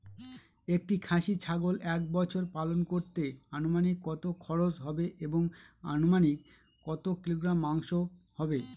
একটি খাসি ছাগল এক বছর পালন করতে অনুমানিক কত খরচ হবে এবং অনুমানিক কত কিলোগ্রাম মাংস হবে?